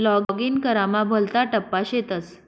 login करामा भलता टप्पा शेतस